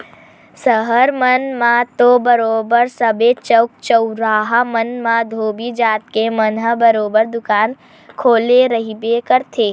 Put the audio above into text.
सहर मन म तो बरोबर सबे चउक चउराहा मन म धोबी जात के मन ह बरोबर दुकान खोले रहिबे करथे